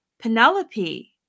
Penelope